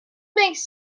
makes